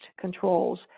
controls